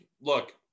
look